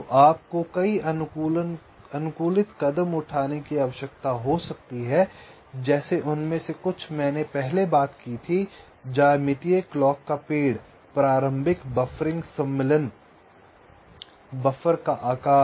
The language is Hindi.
तो आपको कई अनुकूलन कदम उठाने की आवश्यकता हो सकती है जैसे उनमें से कुछ मैंने पहले ही बात की थी ज्यामितीय क्लॉक का पेड़ प्रारंभिक बफरिंग सम्मिलन बफर का आकार